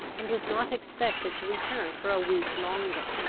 and was not expected to return for a week longer.